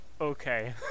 okay